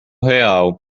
real